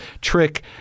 trick